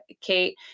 Kate